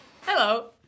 Hello